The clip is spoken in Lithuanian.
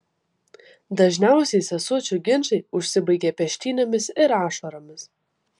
dažniausiai sesučių ginčai užsibaigia peštynėmis ir ašaromis